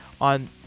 on